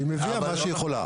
והיא מביאה מה שהיא יכולה.